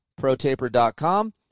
Protaper.com